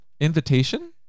invitation